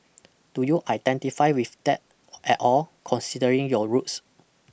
do you identify with that at all considering your roots